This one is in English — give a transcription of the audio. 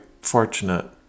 fortunate